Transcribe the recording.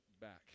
back